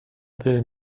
dyn